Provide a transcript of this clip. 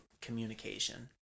communication